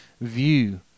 view